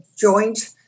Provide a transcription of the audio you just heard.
joint